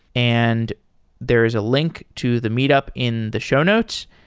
and there is a link to the meet up in the show notes.